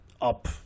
up